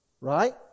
right